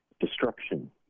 destruction